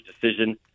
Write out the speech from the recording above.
decision